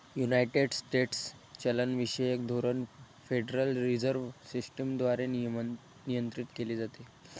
United स्टेट्सचे चलनविषयक धोरण फेडरल रिझर्व्ह सिस्टम द्वारे नियंत्रित केले जाते